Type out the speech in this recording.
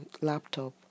laptop